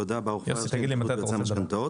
תודה, ברוך פיירשטיין, התאחדות יועצי המשכנתאות.